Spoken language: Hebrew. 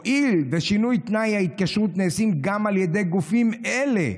הואיל ושינויי תנאי ההתקשרות נעשים גם על ידי גופים אלה,